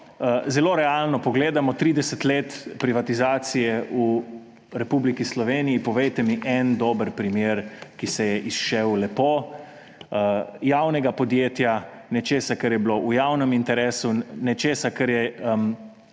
zelo realno pogledamo 30 let privatizacije v Republiki Sloveniji, povejte mi en dober primer, ki se je izšel lepo, javnega podjetja, nečesa, kar je bilo v javnem interesu, nečesa, kar je